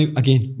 again